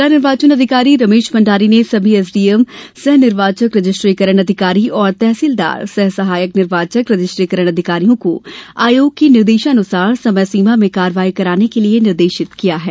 जिला निर्वाचन अधिकारी रमेश भण्डारी ने सभी एसडीएम सह निर्वाचक रजिस्ट्रीकरण अधिकारी और तहसीलदार सह सहायक निर्वाचक रजिस्टीकरण अधिकारियों को आयोग के निर्देशानुसार समय सीमा में कार्यवाही कराने के लिए निर्देशित किया है